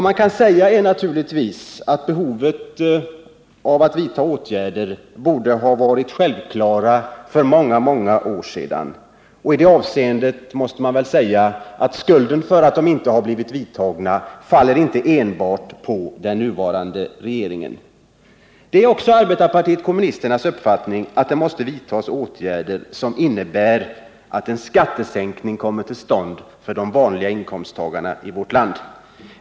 Man kan naturligtvis säga att behovet av att vidtaga åtgärder borde ha varit självklart för många år sedan. Skulden för att sådana åtgärder inte vidtagits faller alltså inte enbart på den nuvarande regeringen. Det är också arbetarpartiet kommunisternas uppfattning att det måste vidtagas åtgärder som innebär att en skattesänkning kommer till stånd för de vanliga inkomsttagarna i vårt land.